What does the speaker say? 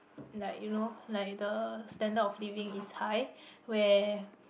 like you know like the standard of living is high where